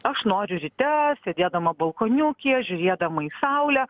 aš noriu ryte sėdėdama balkoniukyje žiūrėdama į saulę